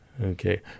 Okay